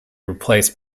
replaced